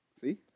See